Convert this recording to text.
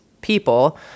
people